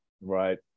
Right